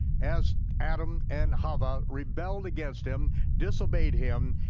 as adam and hawa, rebelled against him, disobeyed him,